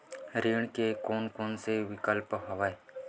ऋण के कोन कोन से विकल्प हवय?